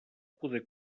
poder